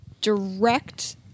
direct